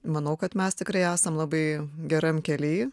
manau kad mes tikrai esam labai geram kely